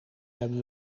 hebben